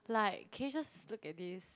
like can you just look at this